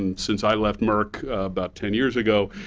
and since i left merck about ten years ago,